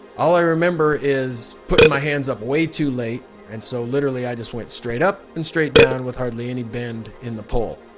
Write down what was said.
all i remember is putting my hands up way too late and so literally i just went straight up and straight down with hardly any bend in the pole